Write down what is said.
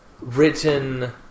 written